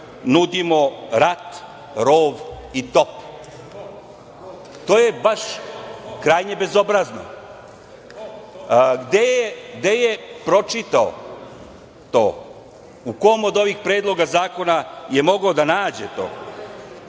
nudimo rat, rov i top. To je baš krajnje bezobrazno. Gde je pročitao to? U kom od ovih predloga zakona je mogao da nađe to?